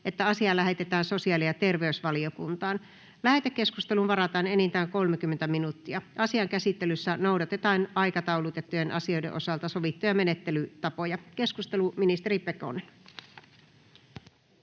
että asia lähetetään sosiaali- ja terveysvaliokuntaan. Lähetekeskusteluun varataan enintään 30 minuuttia. Asian käsittelyssä noudatetaan aikataulutettujen asioiden osalta sovittuja menettelytapoja. — Ministeri Pekonen.